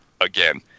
again